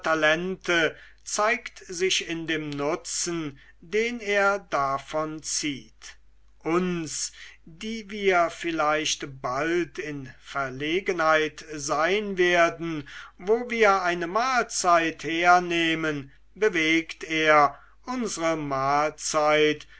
talente zeigt sich in dem nutzen den er davon zieht uns die wir vielleicht bald in verlegenheit sein werden wo wir eine mahlzeit hernehmen bewegt er unsre mahlzeit